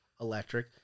Electric